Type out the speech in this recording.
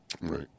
Right